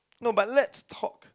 no but let's talk